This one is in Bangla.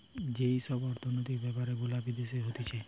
যেই সব অর্থনৈতিক বেপার গুলা বিদেশে হতিছে